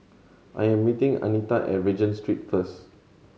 I am meeting Anita at Regent Street first